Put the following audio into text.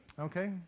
Okay